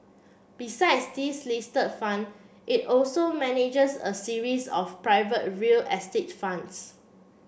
besides these list fund it also manages a series of private real estate funds